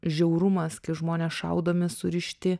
žiaurumas kai žmonės šaudomi surišti